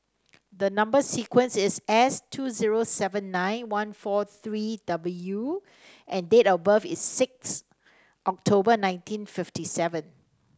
number sequence is S two zero seven nine one four three W and date of birth is six October nineteen fifty seven